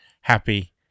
happy